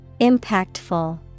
Impactful